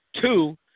two